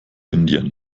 indien